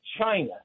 China